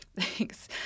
Thanks